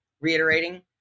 reiterating